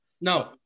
No